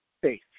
faith